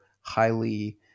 highly